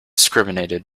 discriminated